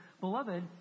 beloved